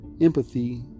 empathy